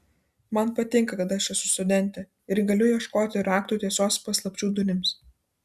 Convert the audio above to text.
man patinka kad aš esu studentė ir galiu ieškoti raktų tiesos paslapčių durims